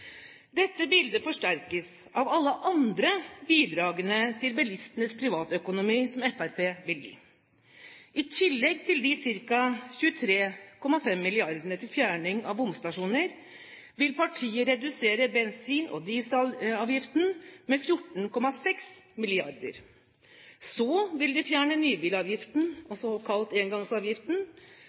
Dette bildet forsterkes av alle andre bidragene til bilistenes privatøkonomi som Fremskrittspartiet vil gi: I tillegg til de ca. 23,5 mrd. kr til fjerning av bomstasjoner vil partiet redusere bensin- og dieselavgiften med 14,6 mrd. kr. Så vil de fjerne nybilavgiften, også kalt engangsavgiften.